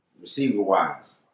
receiver-wise